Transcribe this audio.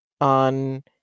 on